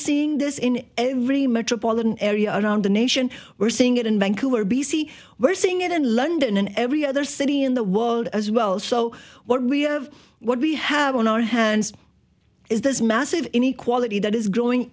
seeing this in every metropolitan area around the nation we're seeing it in vancouver b c we're seeing it in london in every other city in the world as well so what we have what we have on our hands is this massive inequality that is growing